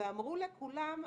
ואמרו לכולם: